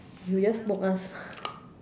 you will just smoke ah